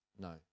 no